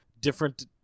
different